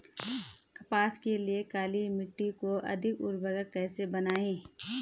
कपास के लिए काली मिट्टी को अधिक उर्वरक कैसे बनायें?